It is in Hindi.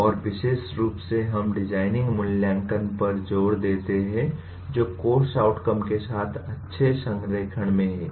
और विशेष रूप से हम डिजाइनिंग मूल्यांकन पर जोर देते हैं जो कोर्स आउटकम के साथ अच्छे संरेखण में है